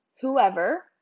whoever